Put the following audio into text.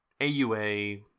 AUA